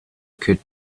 could